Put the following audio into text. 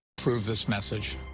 this message.